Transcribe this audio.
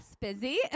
busy